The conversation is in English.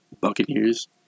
Buccaneers